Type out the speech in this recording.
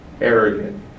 arrogant